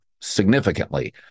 significantly